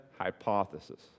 hypothesis